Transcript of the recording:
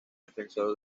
defensor